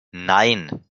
nein